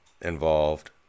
involved